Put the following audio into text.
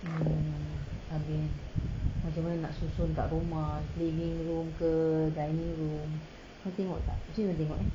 mm abeh macam mana nak susun kat rumah living room ke dining room kau tengok tak cuba kau tengok